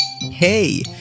Hey